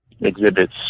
exhibits